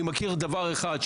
אני מכיר דבר אחד,